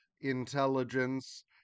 intelligence